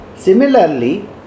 Similarly